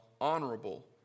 honorable